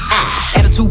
Attitude